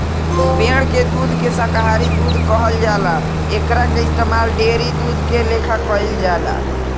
पेड़ के दूध के शाकाहारी दूध कहल जाला एकरा के इस्तमाल डेयरी दूध के लेखा कईल जाला